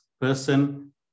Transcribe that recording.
person